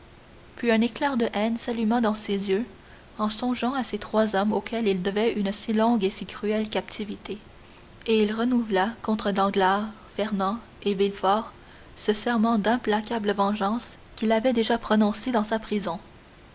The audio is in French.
puis un éclair de haine s'alluma dans ses yeux en songeant à ces trois hommes auxquels il devait une si longue et si cruelle captivité et il renouvela contre danglars fernand et villefort ce serment d'implacable vengeance qu'il avait déjà prononcé dans sa prison